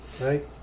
Right